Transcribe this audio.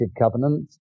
covenant